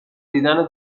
دیدن